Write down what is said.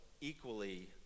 equally